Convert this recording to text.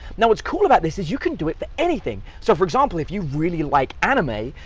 now what's cool about this is you can do it for anything. so for example, if you really like anime,